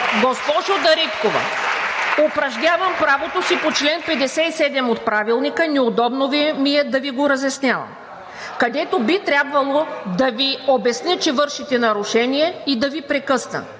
Госпожо Дариткова, упражнявам правото си по чл. 57 от Правилника, неудобно ми е да Ви го разяснявам, където би трябвало да Ви обясня, че вършите нарушение и да Ви прекъсна.